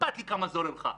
שלא תהיה לכם